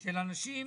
של אנשים,